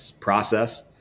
process